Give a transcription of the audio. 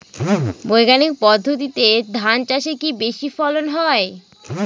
বৈজ্ঞানিক পদ্ধতিতে ধান চাষে কি বেশী ফলন হয়?